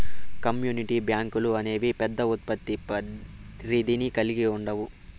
community బ్యాంకులు అనేవి పెద్ద ఉత్పత్తి పరిధిని కల్గి ఉండవు